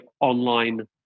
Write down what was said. online